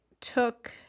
took